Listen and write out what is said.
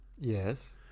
Yes